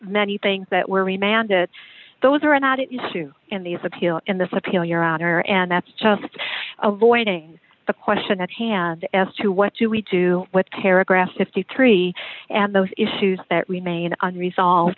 many things that were remanded those are not used to in these appeal in this appeal your honor and that's just allowing the question at hand as to what do we do with paragraph fifty three and those issues that remain unresolved